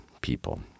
people